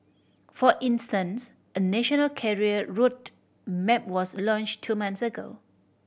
for instance a national career road map was launched two months ago